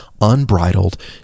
unbridled